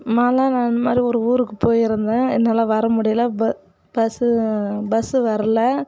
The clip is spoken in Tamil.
மாலா நான் இந்த மாதிரி ஒரு ஊருக்கு போயிருந்தேன் என்னால் வர முடியல ப பஸ் பஸ் வரலை